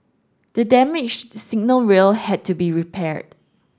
the damaged signal rail had to be repaired